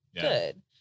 good